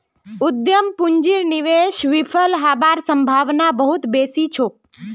उद्यम पूंजीर निवेश विफल हबार सम्भावना बहुत बेसी छोक